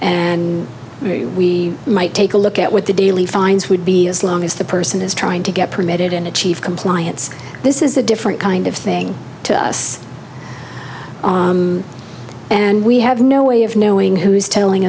and we might take a look at what the daily fines would be as long as the person is trying to get permitted in achieve compliance this is a different kind of thing to us and we have no way of knowing who is telling